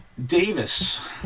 Davis